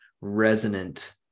resonant